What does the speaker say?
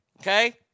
okay